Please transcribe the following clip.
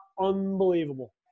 Unbelievable